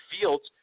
Fields